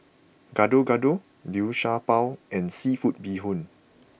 Gado Gado Liu Sha Bao and Seafood Bee Hoon